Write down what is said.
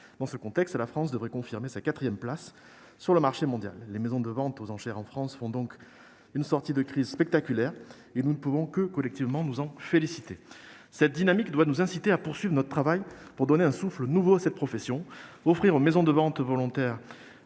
Dans ce contexte, la France devrait confirmer sa quatrième place sur le marché mondial. Les maisons de ventes aux enchères en France connaissent donc une sortie de crise spectaculaire, ce dont nous ne pouvons que nous féliciter collectivement. Cette dynamique doit nous inciter à poursuivre notre travail pour donner un souffle nouveau à cette profession, offrir aux maisons de ventes volontaires